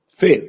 Fail